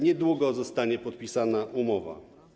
Niedługo zostanie podpisana umowa.